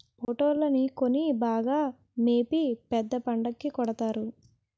పోట్టేల్లని కొని బాగా మేపి పెద్ద పండక్కి కొడతారు